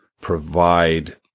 provide